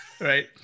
Right